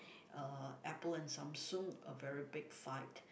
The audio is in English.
uh Apple and Samsung a very big fight